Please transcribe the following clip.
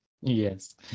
Yes